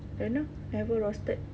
don't know never rostered